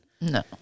No